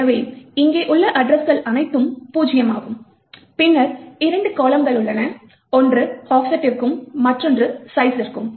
எனவே இங்கே உள்ள அட்ரஸ்கள் அனைத்தும் பூஜ்ஜியமாகும் பின்னர் இரண்டு கால்லம்கள் உள்ளன ஒன்று ஆஃப்செட்டிற்கும் மற்றொன்று சைஸ்ஸிர்க்கும்